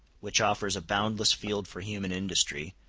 which offers a boundless field for human industry,